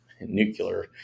nuclear